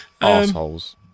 assholes